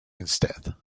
instead